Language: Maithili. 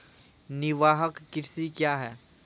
निवाहक कृषि क्या हैं?